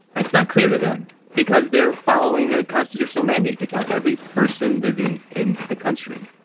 that's not clear to them because they're following a constitutional mandate to count every person living in the country.